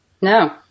No